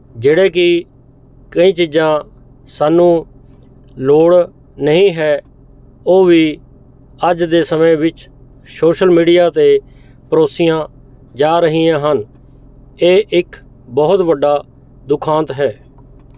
ਜਿਹੜੇ ਕਿ ਕਈ ਚੀਜ਼ਾਂ ਸਾਨੂੰ ਲੋੜ ਨਹੀਂ ਹੈ ਉਹ ਵੀ ਅੱਜ ਦੇ ਸਮੇਂ ਵਿੱਚ ਸ਼ੋਸ਼ਲ ਮੀਡੀਆ 'ਤੇ ਪਰੋਸੀਆਂ ਜਾ ਰਹੀਆਂ ਹਨ ਇਹ ਇੱਕ ਬਹੁਤ ਵੱਡਾ ਦੁਖਾਂਤ ਹੈ